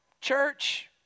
church